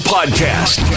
Podcast